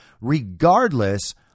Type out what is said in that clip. regardless